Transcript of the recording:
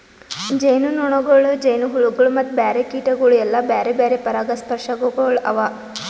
ಜೇನುನೊಣಗೊಳ್, ಜೇನುಹುಳಗೊಳ್ ಮತ್ತ ಬ್ಯಾರೆ ಕೀಟಗೊಳ್ ಎಲ್ಲಾ ಬ್ಯಾರೆ ಬ್ಯಾರೆ ಪರಾಗಸ್ಪರ್ಶಕಗೊಳ್ ಅವಾ